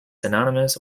synonymous